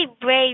brave